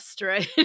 right